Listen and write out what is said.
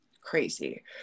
crazy